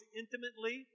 intimately